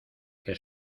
que